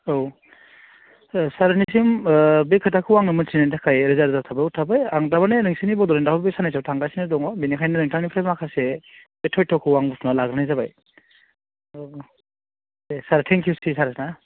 औ सारनिसिम ओ बे खोथाखौ आं मोन्थिनायनि थाखाय रोजा रोजा साबायखर थाबाय आं दा मानि नोंसिनि बड'लेण्डआव बे सान्नैसोआव थांगासिनो दङ बेनिखायनो नोंथांनिफ्राय माखासे बे थयट'खौ आं बुथुमनानै लागोरनाय जाबाय औ दे थेंकिउ सार आरोना